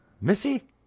missy